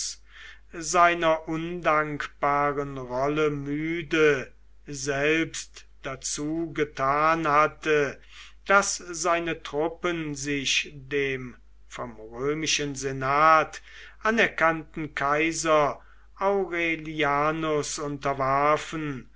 seiner undankbaren rolle müde selbst dazu getan hatte daß seine truppen sich dem vom römischen senat anerkannten kaiser aurelianus unterwarfen